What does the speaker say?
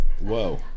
Whoa